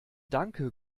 danke